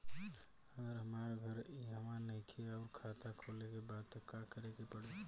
अगर हमार घर इहवा नईखे आउर खाता खोले के बा त का करे के पड़ी?